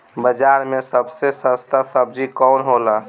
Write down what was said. बाजार मे सबसे सस्ता सबजी कौन होला?